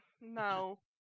No